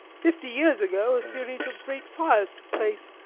fifty years ago a series of great fires took place,